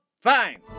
fine